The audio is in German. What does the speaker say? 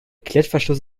klettverschluss